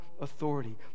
authority